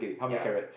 ya